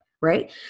right